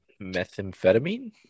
methamphetamine